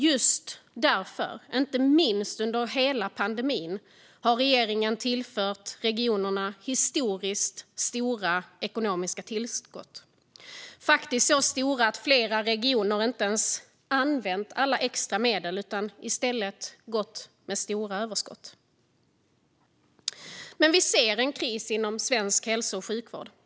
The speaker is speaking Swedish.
Just därför har regeringen, inte minst under hela pandemin, tillfört regionerna historiskt stora ekonomiska tillskott - faktiskt så stora att flera regioner inte ens har använt alla extra medel utan i stället gått med stora överskott. Men vi ser en kris inom svensk hälso och sjukvård.